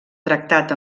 tractat